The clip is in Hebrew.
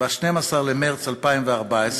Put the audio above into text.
ב-12 במרס 2014,